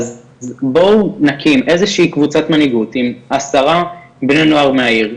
אז בואו נקים איזושהי קבוצת מנהיגות עם עשרה בני נוער מהעיר,